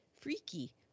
freaky